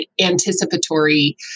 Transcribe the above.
anticipatory